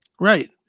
Right